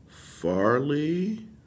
Farley